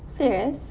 serious